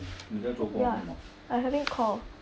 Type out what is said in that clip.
ya I having call